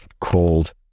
called